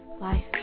life